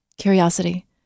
Curiosity